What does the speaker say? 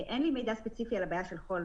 אין לי מידע ספציפי לבעיה של חול